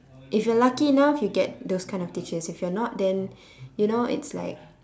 if you're lucky enough you get those kind of teachers if you're not then you know it's like